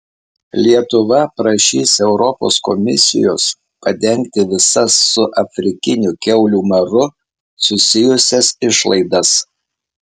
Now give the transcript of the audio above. lietuva prašys europos komisijos padengti visas su afrikiniu kiaulių maru susijusias išlaidas